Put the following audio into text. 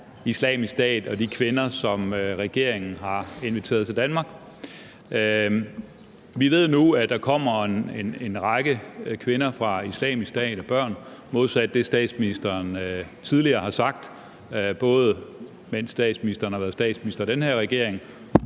Islamisk Stat og de kvinder, som regeringen har inviteret til Danmark. Vi ved nu, at der kommer en række kvinder og børn fra Islamisk Stat modsat det, statsministeren tidligere har sagt, både mens statsministeren har været statsminister i den her regering